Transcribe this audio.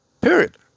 period